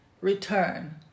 return